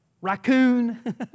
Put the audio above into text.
raccoon